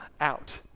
out